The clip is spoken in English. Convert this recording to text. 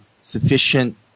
sufficient